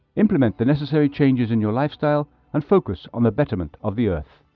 implement the necessary changes in your lifestyle and focus on the betterment of the earth.